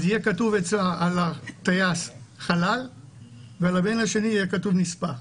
אז יהיה כתוב אצלה על הטייס חלל ועל הבן השני יהיה כתוב נספה.